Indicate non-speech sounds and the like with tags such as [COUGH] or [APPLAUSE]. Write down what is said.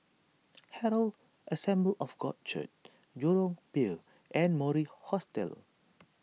[NOISE] Herald Assembly of God Church Jurong Pier and Mori Hostel [NOISE]